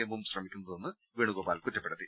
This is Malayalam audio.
എമ്മും ശ്രമിക്കുന്നതെന്ന് വേണുഗോപാൽ കുറ്റപ്പെടുത്തി